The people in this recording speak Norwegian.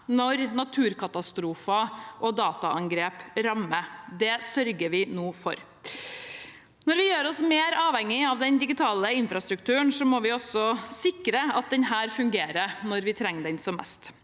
når naturkatastrofer og dataangrep rammer. Det sørger vi nå for. Når vi gjør oss mer avhengig av den digitale infrastrukturen, må vi også sikre at den fungerer når vi trenger den som mest.